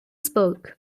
spoke